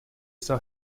saw